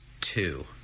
two